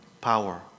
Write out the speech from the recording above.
power